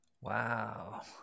Wow